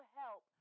help